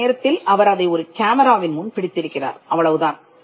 இந்த நேரத்தில் அவர் அதை ஒரு கேமராவின் முன் பிடித்திருக்கிறார் அவ்வளவுதான்